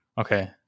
okay